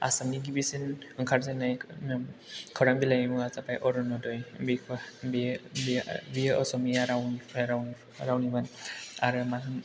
आसामनि गिबिसिन ओंखारजेननाय खौरां बिलाइनि मुङा जाबाय अरुनदय बेखौ बेयो असमिया रावनिमोन आरो मा